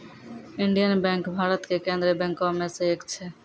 Indian Bank Bharat के केन्द्रीय बैंको मे से एक छै